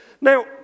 now